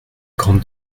grande